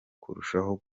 kurushaho